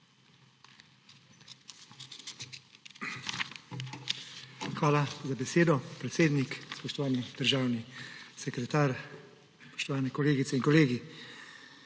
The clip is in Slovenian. Hala za besedo, podpredsednik. Spoštovani državni sekretar, spoštovani kolegice in kolegi!